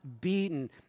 beaten